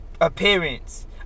appearance